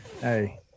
Hey